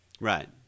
Right